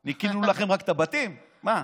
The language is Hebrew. רק ניקינו לכם את הבתים, מה?